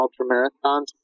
ultra-marathons